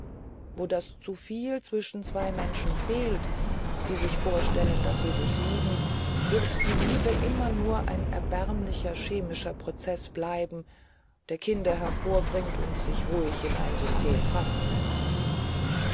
wo das zuviel zwischen zwei menschen fehlt die sich vorstellen daß sie sich liebten wird die liebe immer nur ein erbärmlicher chemischer prozeß bleiben der kinder hervorbringt und sich ruhig in ein system fassen läßt